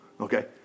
okay